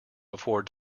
before